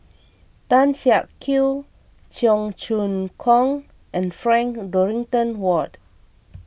Tan Siak Kew Cheong Choong Kong and Frank Dorrington Ward